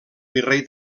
virrei